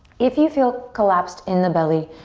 if you feel collapsed in the belly,